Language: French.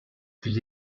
plus